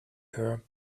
her